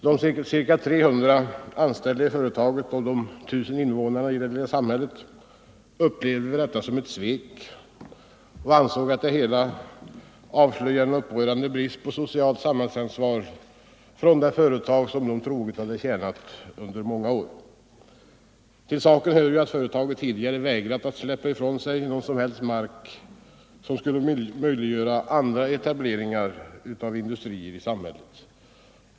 De ca 300 anställda i företaget och de 1000 invånarna i det lilla samhället upplevde detta som ett svek och ansåg att det hela avslöjade en upprörande brist på socialt samhällsansvar från det företag de troget hade tjänat under många år. Till saken hör att företaget tidigare vägrat att släppa ifrån sig någon som helst mark som skulle möjliggöra etablering av andra industrier i samhället.